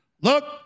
Look